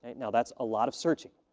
now, that's a lot of searching.